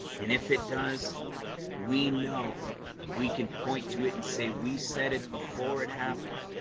and if it does we know we can point to it and say we said it before it happened.